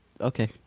okay